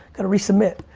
gotta resubmit.